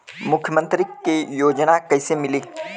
मुख्यमंत्री के योजना कइसे मिली?